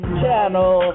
channel